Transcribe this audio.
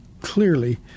clearly